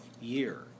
year